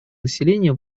населения